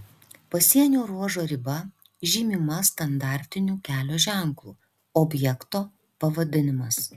pasienio ruožo riba žymima standartiniu kelio ženklu objekto pavadinimas